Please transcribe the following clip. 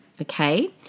Okay